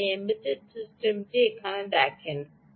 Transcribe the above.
আপনি এই এমবেডেড সিস্টেমটি এখানে দেখেন